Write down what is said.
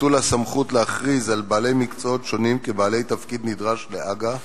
ביטול הסמכות להכריז על בעלי מקצועות שונים כבעלי תפקיד נדרש להג"א